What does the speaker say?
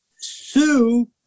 sue